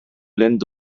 lint